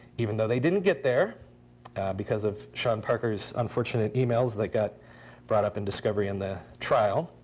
even though they didn't get there because of sean parker's unfortunate emails that got brought up in discovery in the trial.